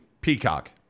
Peacock